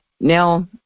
now